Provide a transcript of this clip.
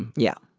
and yeah,